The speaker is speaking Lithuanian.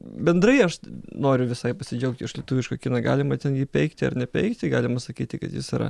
bendrai aš noriu visai pasidžiaugti lietuvišką kiną galima ten jį peikti ar nepeikti galima sakyti kad jis yra